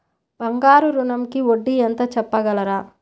బంగారు ఋణంకి వడ్డీ ఎంతో చెప్పగలరా?